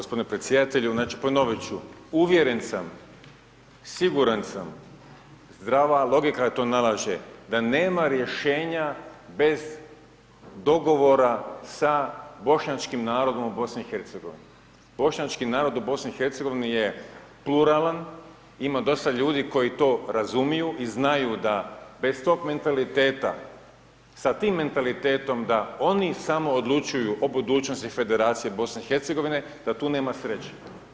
Gospodine predsjedatelju znači ponoviti ću, uvjeren sam, siguran sam zdrava logika to nalaže da nema rješenja bez dogovora sa Bošnjačkim narodom u BiH, Bošnjački narod u BiH je pluralan, ima dosta ljudi koji to razumiju i znaju da bez tog mentaliteta, sa tim mentalitetom da oni samo odlučuju o budućnosti Federacije BiH da tu nema sreće.